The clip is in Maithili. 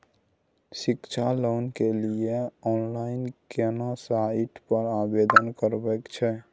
शिक्षा लोन के लिए ऑनलाइन केना साइट पर आवेदन करबैक छै?